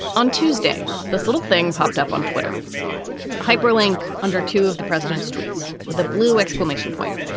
on tuesday, this little thing popped up on twitter hyperlink under two of the president's tweets with a blue exclamation point.